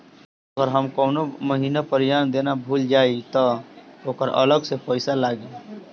अगर हम कौने महीने प्रीमियम देना भूल जाई त ओकर अलग से पईसा लागी?